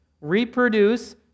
reproduce